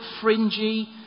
fringy